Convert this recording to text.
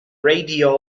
radio